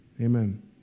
Amen